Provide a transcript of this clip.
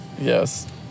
Yes